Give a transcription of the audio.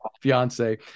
fiance